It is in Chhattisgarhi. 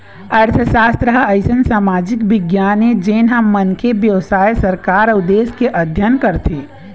अर्थसास्त्र ह अइसन समाजिक बिग्यान हे जेन ह मनखे, बेवसाय, सरकार अउ देश के अध्ययन करथे